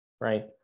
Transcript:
Right